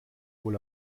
wohl